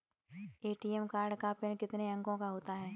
ATM card का pin कितने अंकों का होता है?